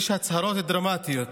יש הצהרות דרמטיות.